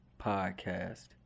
Podcast